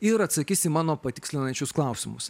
ir atsakys į mano patikslinančius klausimus